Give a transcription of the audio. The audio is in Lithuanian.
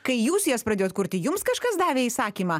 kai jūs jas pradėjot kurti jums kažkas davė įsakymą